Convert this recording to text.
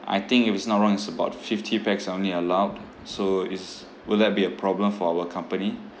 I think if it's not wrong it's about fifty pax are only allowed so is will that be a problem for our company